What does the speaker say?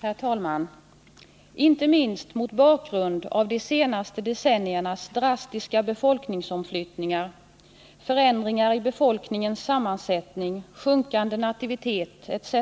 Herr talman! Inte minst mot bakgrund av de senaste decenniernas drastiska befolkningsomflyttningar, förändringar i befolkningens sammansättning, sjunkande nativitet etc.